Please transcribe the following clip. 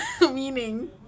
meaning